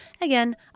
Again